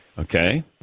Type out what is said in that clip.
Okay